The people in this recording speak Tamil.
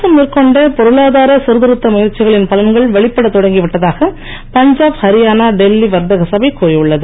அரசு மேற்கொண்ட பொருளாதார சிர்திருத்த முயற்சிகளின் பலன்கள் வெளிப்பட தொடங்கி விட்டதாக பஞ்சாப் அரியானா டெல்லி வர்த்தக சபை கூறி உள்ளது